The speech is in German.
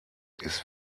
ist